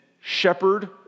shepherd